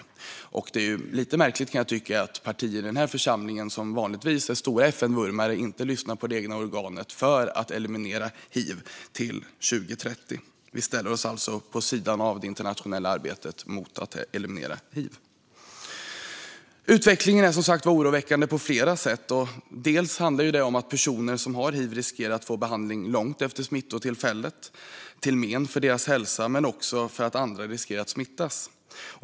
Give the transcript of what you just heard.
Jag kan tycka att det är lite märkligt att partier i den här församlingen som vanligtvis är stora FN-vurmare inte lyssnar på FN:s organ för att eliminera hiv till 2030. Vi ställer oss alltså vid sidan av det internationella arbetet för att eliminera hiv. Utvecklingen är oroväckande på flera sätt. Personer som har hiv riskerar att få behandling långt efter smittotillfället, till men för deras hälsa, och det innebär också att andra riskerar att smittas.